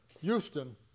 Houston